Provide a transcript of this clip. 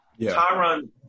Tyron